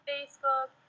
Facebook